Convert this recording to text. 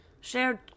Shared